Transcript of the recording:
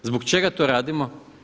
Zbog čega to radimo?